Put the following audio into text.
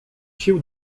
sił